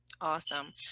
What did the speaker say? Awesome